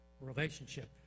relationship